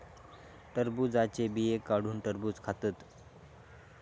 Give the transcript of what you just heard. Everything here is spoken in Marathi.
टरबुजाचे बिये काढुन टरबुज खातत